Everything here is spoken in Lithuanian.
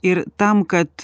ir tam kad